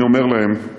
אני אומר להם: